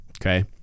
okay